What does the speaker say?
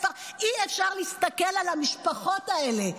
ואי-אפשר להסתכל על המשפחות האלה.